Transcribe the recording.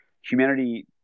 Humanity